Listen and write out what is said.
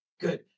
good